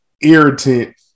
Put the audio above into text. irritant